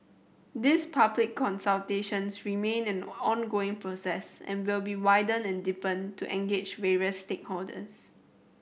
these public consultations remain an ongoing process and will be widened and deepened to engage various stakeholders